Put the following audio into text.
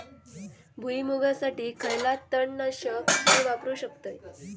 भुईमुगासाठी खयला तण नाशक मी वापरू शकतय?